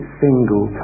single